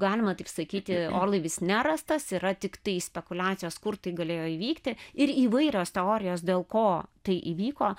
galima taip sakyti orlaivis nerastas yra tiktai spekuliacijos kur tai galėjo įvykti ir įvairios teorijos dėl ko tai įvyko